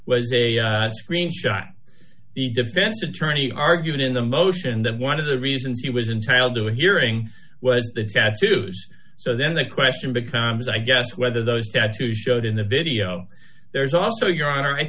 was a screen shot the defense attorney argued in the motion that one of the reasons he was entitled to a hearing was the tattoos so then the question becomes i guess whether those tattoos showed in the video there's also your honor i